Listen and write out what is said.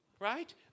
right